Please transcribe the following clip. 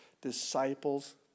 disciples